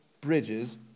bridges